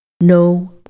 No